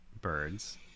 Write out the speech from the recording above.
birds